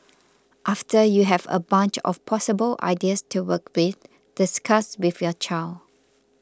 after you have a bunch of possible ideas to work with discuss with your child